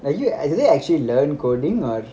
like you do they actually learn coding or